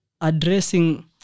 addressing